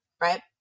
right